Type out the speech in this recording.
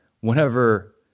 whenever